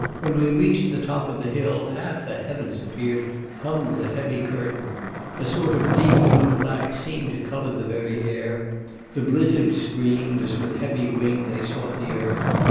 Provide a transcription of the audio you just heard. when we reached the top of the hill half the heavens appeared hung with a heavy curtain a sort of deep blue black seemed to colour the very air the blizzards screamed, as with heavy wing they sought the earth.